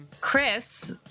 Chris